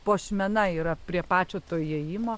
puošmena yra prie pačio to įėjimo